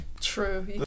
True